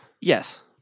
Yes